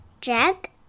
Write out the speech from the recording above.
Jack